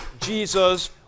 Jesus